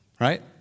Right